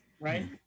right